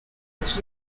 its